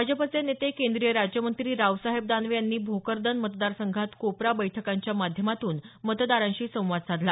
भाजपाचे नेते केंद्रीय राज्यमंत्री रावसाहेब दानवे यांनी भोकरदन मतदार संघात कोपरा बैठकांच्या माध्यमातून मतदारांशी संवाद साधला